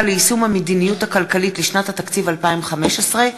ליישום המדיניות הכלכלית לשנת התקציב 2015),